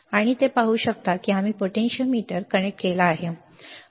तुम्ही हे पाहू शकता की आम्ही पोटेंशियोमीटर कनेक्ट करत आहोत